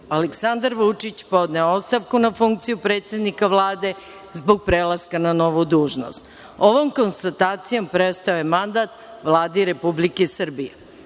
Aleksandar Vučić podneo ostavku na funkciju predsednika Vlade, zbog prelaska na novu dužnost. Ovom konstatacijom prestao je mandat Vladi Republike Srbije. Sada